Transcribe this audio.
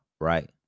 right